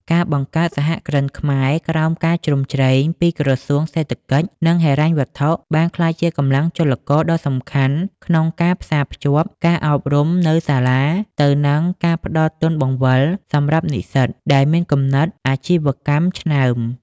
ការបង្កើត សហគ្រិនខ្មែរ ក្រោមការជ្រោមជ្រែងពីក្រសួងសេដ្ឋកិច្ច និងហិរញ្ញវត្ថុ បានក្លាយជាកម្លាំងចលករដ៏សំខាន់ក្នុងការផ្សារភ្ជាប់ការអប់រំនៅសាលា ទៅនឹងការផ្ដល់ទុនបង្វិលសម្រាប់និស្សិតដែលមានគំនិតអាជីវកម្មឆ្នើម។